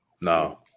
no